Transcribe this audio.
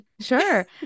Sure